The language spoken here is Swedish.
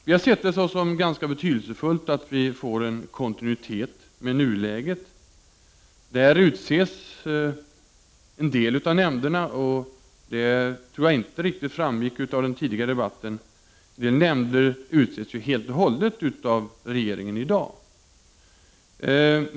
Vi har ansett det som ganska betydelsefullt att vi får en viss kontinuitet med nuläget när det gäller utseendet av en del av nämnderna, — som ju i dag helt utses av regeringen. Det tror jag inte riktigt framgick av den tidigare debatten.